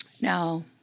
Now